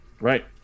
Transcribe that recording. Right